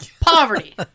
Poverty